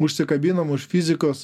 užsikabinom už fizikos